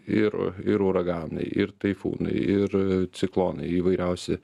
ir ir uraganai ir taifūnai ir ciklonai įvairiausi